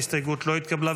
ההסתייגות לא נתקבלה.